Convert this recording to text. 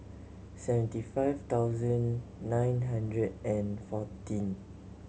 seventy five thousand nine hundred and fourteen